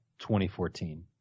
2014